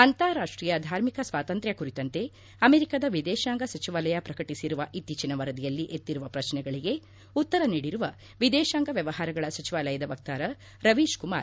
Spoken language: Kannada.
ಅಂತಾರಾಷ್ಟೀಯ ಧಾರ್ಮಿಕ ಸ್ವಾತಂತ್ರ್ಯ ಕುರಿತಂತೆ ಅಮೆರಿಕದ ವಿದೇಶಾಂಗ ಸಚಿವಾಲಯ ಪ್ರಕಟಿಸಿರುವ ಇತ್ತೀಚಿನ ವರದಿಯಲ್ಲಿ ಎತ್ತಿರುವ ಪ್ರಶ್ನೆಗಳಿಗೆ ಉತ್ತರ ನೀಡಿರುವ ವಿದೇಶಾಂಗ ವ್ಯವಹಾರಗಳ ಸಚಿವಾಲಯದ ವಕ್ತಾರ ರವೀಶ್ ಕುಮಾರ್